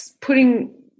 putting